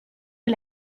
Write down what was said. est